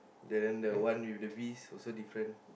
ya then the one with the beast also different